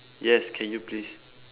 yes can you please